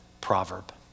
proverb